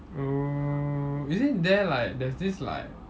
oh is it there like there's this like